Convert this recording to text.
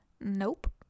Nope